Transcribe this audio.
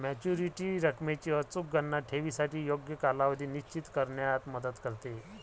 maturity रकमेची अचूक गणना ठेवीसाठी योग्य कालावधी निश्चित करण्यात मदत करते